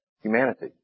humanity